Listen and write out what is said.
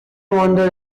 wonder